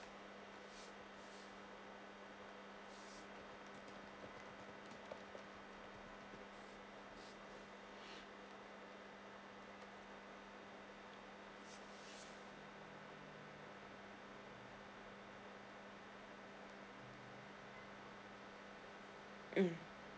um